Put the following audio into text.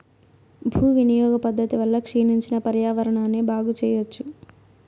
భూ వినియోగ పద్ధతి వల్ల క్షీణించిన పర్యావరణాన్ని బాగు చెయ్యచ్చు